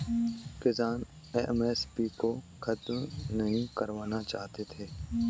किसान एम.एस.पी को खत्म नहीं करवाना चाहते थे